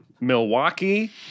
Milwaukee